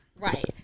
Right